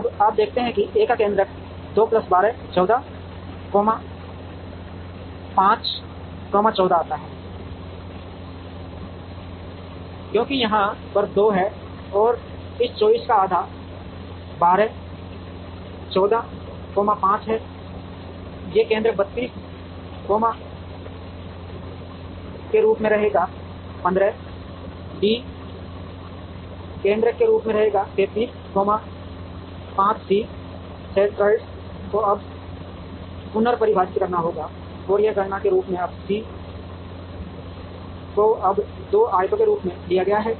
अब आप देखते हैं कि A का केन्द्रक 2 प्लस 12 14 अल्पविराम 5 14 आता है क्योंकि यहाँ पर 2 है और इस 24 का आधा 12 14 अल्पविराम 5 है ये केन्द्रक 32 अल्पविराम के रूप में रहेगा 15 D s केन्द्रक के रूप में रहेगा 33 अल्पविराम 5 C s सेंट्रोइड को अब पुनर्परिभाषित करना होगा और वह गणना के रूप में अब C को अब 2 आयतों के रूप में लिया गया है